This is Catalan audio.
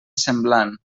semblant